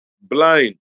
blind